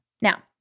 Now